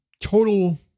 total